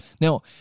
Now